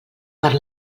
per